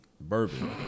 Bourbon